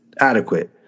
adequate